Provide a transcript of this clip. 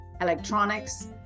electronics